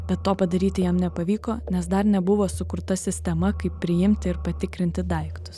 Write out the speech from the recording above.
bet to padaryti jam nepavyko nes dar nebuvo sukurta sistema kaip priimti ir patikrinti daiktus